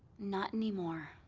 not anymore.